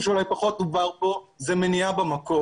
כדי שהאכיפה תהיה באמת חוקית ולא תפגע בצנעת הפרט וכו'.